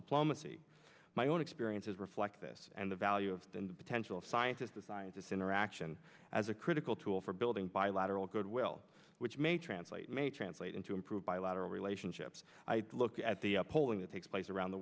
diplomacy my own experiences reflect this and the value of the potential scientists the scientists interaction as a critical tool for building bilateral good will which may translate may translate into improved bilateral relationships i'd look at the polling that takes place around the